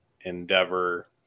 Endeavor